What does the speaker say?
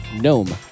GNOME